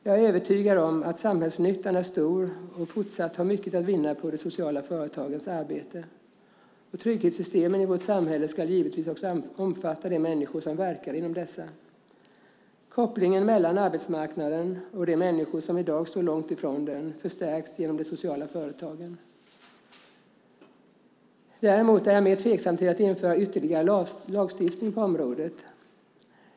Jag är övertygad om att samhällsnyttan är stor och fortsatt har mycket att vinna på de sociala företagens arbete. Trygghetssystemen i vårt samhälle ska givetvis också omfatta de människor som verkar inom dessa företag. Kopplingen mellan arbetsmarknaden och de människor som i dag står långt ifrån den förstärks genom de sociala företagen. Däremot är jag mer tveksam till att införa ytterligare lagstiftning på området.